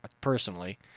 personally